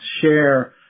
share